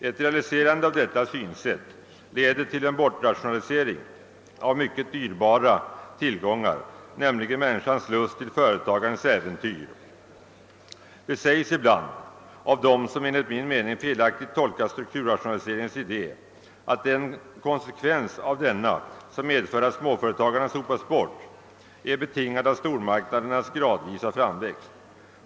Ett realiserande av detta synsätt leder till en bortrationalisering av mycket dyrbara tillgångar, nämligen människans lust till företagandets äventyr. Det sägs ibland av dem, som enligt min mening felaktigt tolkar strukturrationaliseringens idé, att den konsekvens av denna, som medför att småföretagarna sopas bort, är betingad av stormarknadernas gradvisa framväxt.